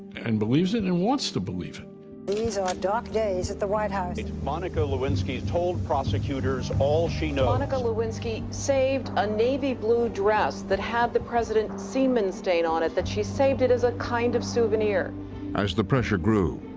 and believes it and wants to believe it. these are dark days at the white house. monica lewinsky's told prosecutors all she knows. monica lewinsky saved a navy blue dress that had the president's semen stain on it, that she saved it as a kind of souvenir. narrator as the pressure grew,